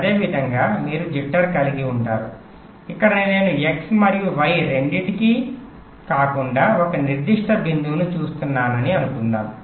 అదేవిధంగా మీరు జిటర్ కలిగి ఉంటారు ఇక్కడ నేను x మరియు y రెండింటినీ కాకుండా ఒక నిర్దిష్ట బిందువును చూస్తున్నానని అనుకుందాము